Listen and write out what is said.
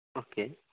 okay